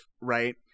Right